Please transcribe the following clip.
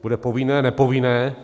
Bude povinné, nepovinné?